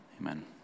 Amen